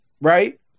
right